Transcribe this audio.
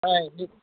হয় এইটো